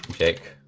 jake